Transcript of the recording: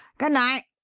good night!